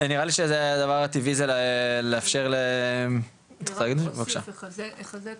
נראה לי שהדבר הטבעי זה לאפשר --- רציתי לחזק